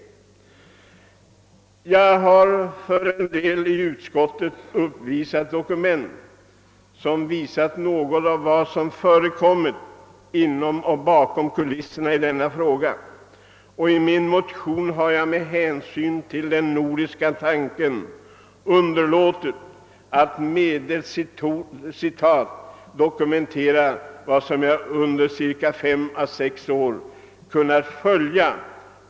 Jag har för en del av ledamöterna i utskottet uppvisat dokument, som visat litet av vad som förekommit bakom kulisserna i denna fråga. I min motion har jag av hänsyn till den nordiska tanken underlåtit att medelst citat dokumentera vad jag under cirka fem å sex år kunnat följa.